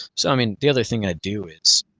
so i mean, the other thing i do is,